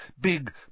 Big